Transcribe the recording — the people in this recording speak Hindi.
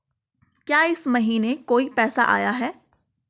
क्या इस महीने कोई पैसा आया है?